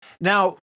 Now